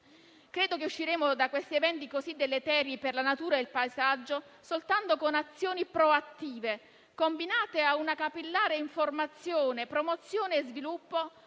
Credo che usciremo da questi eventi così deleteri per la natura e il paesaggio soltanto con azioni proattive, combinate a una capillare informazione, promozione e sviluppo,